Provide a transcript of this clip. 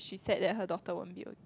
she sad that her daughter won't be